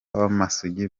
b’amasugi